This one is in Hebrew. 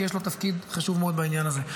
כי יש לו תפקיד חשוב מאוד בעניין הזה.